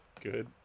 good